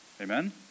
Amen